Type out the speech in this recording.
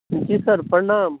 जी sir प्रणाम